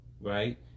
right